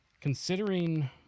considering